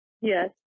Yes